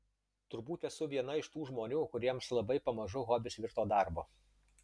turbūt esu viena iš tų žmonių kuriems labai pamažu hobis virto darbu